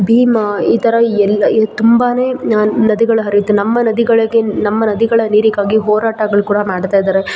ಭೀಮಾ ಈ ಥರ ಎಲ್ಲಿ ತುಂಬನೇ ನದಿಗಳು ಹರಿಯುತ್ತೆ ನಮ್ಮ ನದಿಗಳಿಗೆ ನಮ್ಮ ನದಿಗಳ ನೀರಿಗಾಗಿ ಹೋರಾಟಗಳು ಕೂಡ ಮಾಡ್ತಾಯಿದ್ದಾರೆ